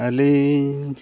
ᱟᱹᱞᱤᱧ